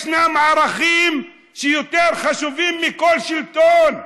ישנם ערכים יותר חשובים מכל שלטון,